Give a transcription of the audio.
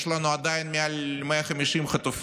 עדיין יש לנו מעל 150 חטופים,